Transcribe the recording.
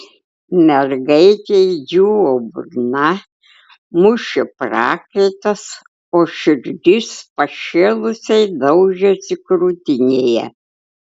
mergaitei džiūvo burna mušė prakaitas o širdis pašėlusiai daužėsi krūtinėje